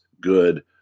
good